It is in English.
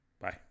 Bye